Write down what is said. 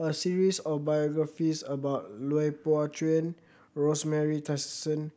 a series of biographies about Lui Pao Chuen Rosemary Tessensohn